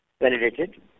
validated